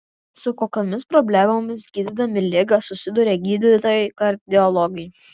su kokiomis problemomis gydydami ligą susiduria gydytojai kardiologai